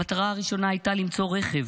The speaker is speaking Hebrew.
"המטרה הראשונה הייתה למצוא רכב.